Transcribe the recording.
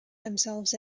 themselves